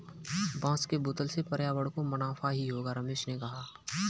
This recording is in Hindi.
बांस के बोतल से पर्यावरण को मुनाफा ही होगा रमेश ने कहा